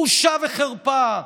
בושה וחרפה,